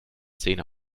zähne